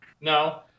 No